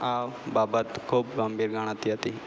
આ બાબત ખૂબ ગંભીર ગણાતી હતી